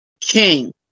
king